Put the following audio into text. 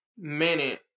minute